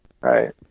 right